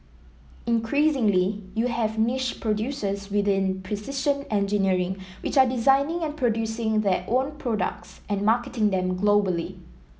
increasingly you have niche producers within precision engineering which are designing and producing their own products and marketing them globally